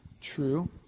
True